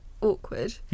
awkward